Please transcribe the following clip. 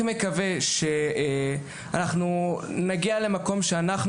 מקווה שאנחנו נגיע למקום שבו אנחנו,